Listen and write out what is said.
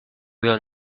will